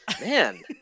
man